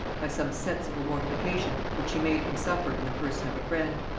by some sensible mortification which she made him suffer in the person of a friend.